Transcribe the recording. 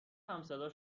همصدا